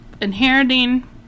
inheriting